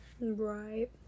Right